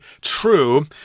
true